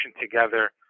together